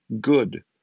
good